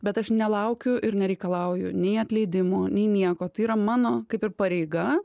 bet aš nelaukiu ir nereikalauju nei atleidimo nei nieko tai yra mano kaip ir pareiga